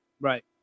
Right